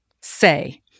say